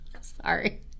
Sorry